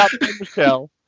Michelle